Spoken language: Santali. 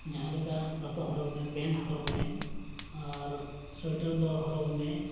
ᱡᱟᱦᱟᱸ ᱞᱮᱠᱟ ᱫᱚᱛᱚ ᱦᱚᱨᱚᱜᱽ ᱢᱮ ᱯᱮᱱᱴ ᱦᱚᱨᱚᱜᱽ ᱢᱮ ᱟᱨ ᱥᱳᱭᱮᱴᱟᱨ ᱫᱚ ᱦᱚᱨᱚᱜᱽ ᱢᱮ